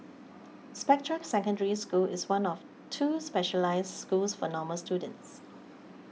Spectra Secondary School is one of two specialised schools for normal students